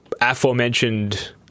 aforementioned